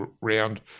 round